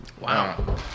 Wow